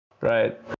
Right